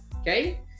okay